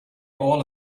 all